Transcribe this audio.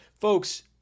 Folks